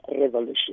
Revolution